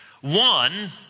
One